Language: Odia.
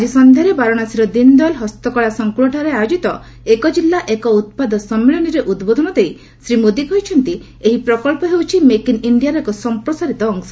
ଆଜି ସନ୍ଧ୍ୟାରେ ବାରାଣାସୀର ଦିନ୍ଦୟାଲ୍ ହସ୍ତକଳା ସଙ୍କୁଳଠାରେ ଆୟୋଜିତ ଏକ ଜିଲ୍ଲା ଏକ ଉତ୍ପାଦ ସମ୍ମିଳନୀରେ ଉଦ୍ବୋଧନ ଦେଇ ଶ୍ରୀ ମୋଦି କହିଛନ୍ତି ଏହି ପ୍ରକଳ୍ପ ହେଉଛି ମେକ୍ ଇନ୍ ଇଣ୍ଡିଆର ଏକ ସମ୍ପ୍ରସାରିତ ଅଂଶ